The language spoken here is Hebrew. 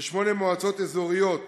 ושמונה מועצות אזוריות.